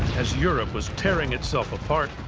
as europe was tearing itself apart,